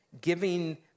giving